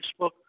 Facebook